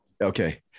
Okay